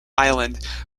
island